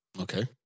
Okay